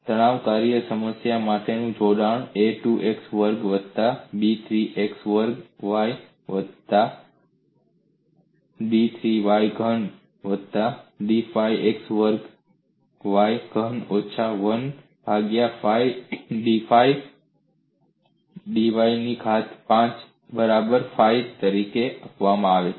તણાવ કાર્ય સમસ્યા માટેનું જોડાણ a2 x વર્ગ વત્તા b 3 x વર્ગ Y વત્તા d 3 Y ઘન વત્તા d 5 x વર્ગ y ઘન ઓછા 1 ભાગ્યા 5 d 5 y ની ઘાત 5 ની બરાબર ફાઇ તરીકે આપવામાં આવે છે